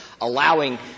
allowing